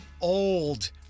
old